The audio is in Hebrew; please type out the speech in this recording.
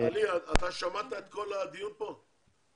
שמעת את כל הדיון כאן?